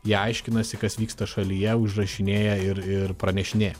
jie aiškinasi kas vyksta šalyje užrašinėja ir ir pranešinėja